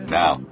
now